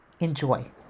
Enjoy